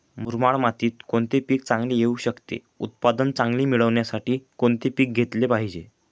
मुरमाड मातीत कोणते पीक चांगले येऊ शकते? उत्पादन चांगले मिळण्यासाठी कोणते पीक घेतले पाहिजे?